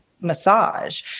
massage